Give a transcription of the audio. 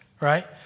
right